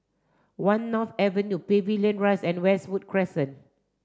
One North Avenue Pavilion Rise and Westwood Crescent